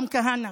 גם כהנא.